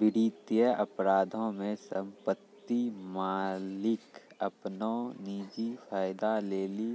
वित्तीय अपराधो मे सम्पति मालिक अपनो निजी फायदा लेली